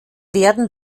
werden